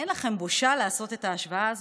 אין לכם בושה לעשות את ההשוואה הזאת?